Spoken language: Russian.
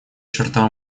черта